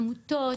עמותות,